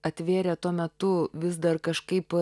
atvėrė tuo metu vis dar kažkaip